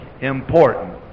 important